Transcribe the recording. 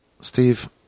Steve